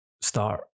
start